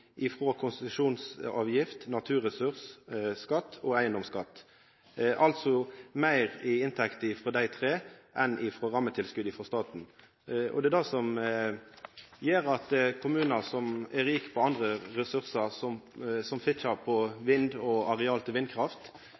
konsesjonsavgift, naturressursskatt og eigedomsskatt. Det er meir i inntekt frå dei tre enn frå rammetilskotet frå staten. Det er det som gjer at kommunar som er rike på andre ressursar, som Fitjar på vind og areal til vindkraft,